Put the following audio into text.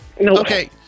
okay